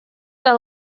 are